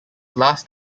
last